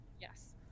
Yes